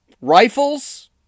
rifles